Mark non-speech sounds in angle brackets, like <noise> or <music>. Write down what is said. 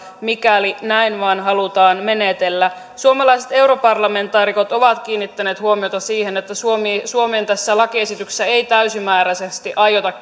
mikäli näin vain halutaan menetellä suomalaiset europarlamentaarikot ovat kiinnittäneet huomiota siihen että tässä suomen lakiesityksessä ei täysimääräisesti aiota <unintelligible>